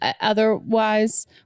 otherwise